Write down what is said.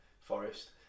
Forest